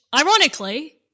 ironically